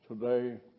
today